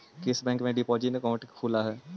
किस बैंक में deposit account खुलअ हई